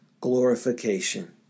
glorification